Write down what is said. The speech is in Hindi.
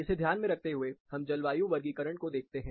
इसे ध्यान में रखते हुए हम जलवायु वर्गीकरण को देखते हैं